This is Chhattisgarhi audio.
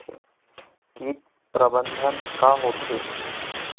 कीट प्रबंधन का होथे?